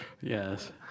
Yes